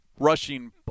rushing